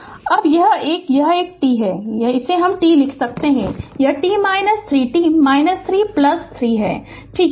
Refer Slide Time 2438 अब यह एक यह t यह t लिख सकता है यह t 3 t 3 3 है ठीक है